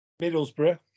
Middlesbrough